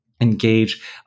engage